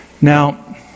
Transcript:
Now